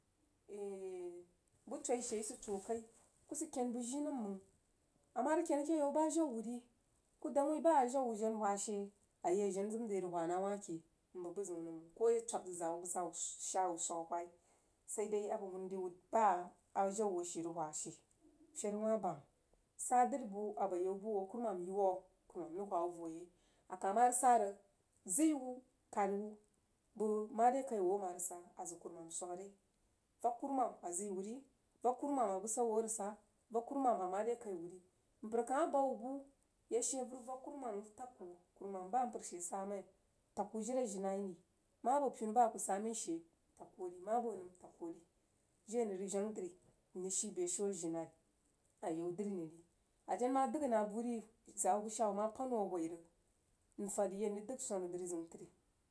Enn buh toi she yi sid toh kai kuh sid ken bəg jji nəm mang a mah ríg ken akeh yau bnjau wuh ri kuh dang wuin bah a jau wun jen whah she a yi jen rig whah nah wah keh nbəg bi ziun nəm koh a yah twab zəg zaa wuj bəg shaa wuh suraj a whai sei dai a bəg hun dri wuh bah a jau wuh rig whah she təri wah bam sah dri buh abo yau buh abo yai buh wuh a kurumam yi wuh kuruman rig whah wuh voh yai akah uwah sal rig ziu wuh kari uuh bəg mare kai wuh amah rig sah a zəg kuruman soogg are yai vak kuruman a ziu uhh ri vak kurumm a busau uhh a rig sah vak kurumam a mere kai wuh ri mpər kah mah bəi wuh bah ye she veri wuh vak kurumam wuh wuh tag kuh kurumam ba mpər she mai tag kuh jiri ajilai ri mah abo kuni bal a kuh sah mai she tag kuh ri mah boh tag kuu ri jiri a nən rig vang dri mrig shii beshiu ajilai a yau dri nəng ri a jen mə dəg bul ri zaa wuh bəg shaa wuh mah pəin wuh a whai rig nfad rig yai mrig dəg swana drizəun trí.